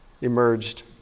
emerged